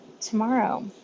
tomorrow